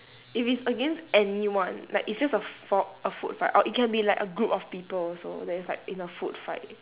if it's against anyone like it's just a for a food fight or it can be like a group of people also that's like in a food fight